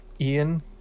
Ian